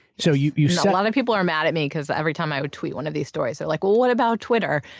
so yeah so lot of people are mad at me cause every time i would tweet one of these stories, they're like, well, what about twitter?